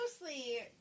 mostly